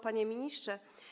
Panie Ministrze!